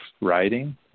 writing